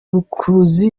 rukuruzi